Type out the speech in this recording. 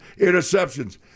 interceptions